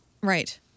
Right